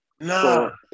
No